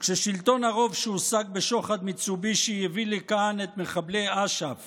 כששלטון הרוב שהושג בשוחד מיצובישי הביא לכאן את מחבלי אש"ף